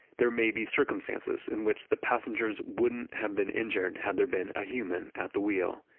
there may be circumstances in which the passengers wouldn't have been injured had there been a human at the wheel.